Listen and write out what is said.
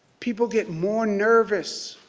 people get more nervous